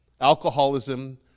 alcoholism